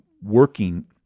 working